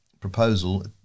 proposal